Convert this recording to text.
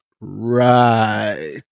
right